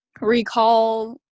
recall